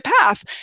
path